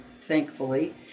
thankfully